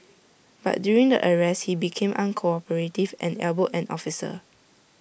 but during the arrest he became uncooperative and elbowed an officer